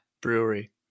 Brewery